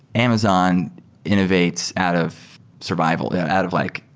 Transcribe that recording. amazon innovates out of survival yeah out of like,